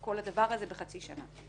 כל הדבר הזה בחצי שנה.